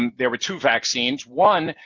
and there were two vaccines. one,